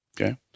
Okay